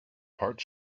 part